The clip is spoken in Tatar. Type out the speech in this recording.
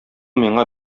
миңа